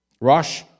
Rosh